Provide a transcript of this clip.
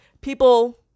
people